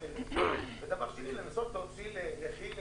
ודבר שני לנסות להוציא לכי"ל